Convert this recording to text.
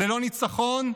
ללא ניצחון,